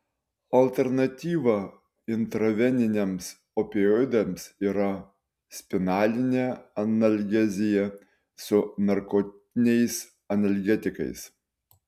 alternatyva intraveniniams opioidams yra spinalinė analgezija su narkotiniais analgetikais